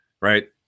right